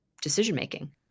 decision-making